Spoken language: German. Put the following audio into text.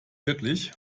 wirklich